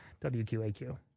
wqaq